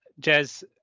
Jez